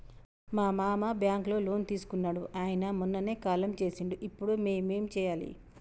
మా మామ బ్యాంక్ లో లోన్ తీసుకున్నడు అయిన మొన్ననే కాలం చేసిండు ఇప్పుడు మేం ఏం చేయాలి?